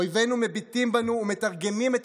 אויבינו מביטים בנו ומתרגמים את